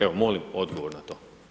Evo molim odgovor na to.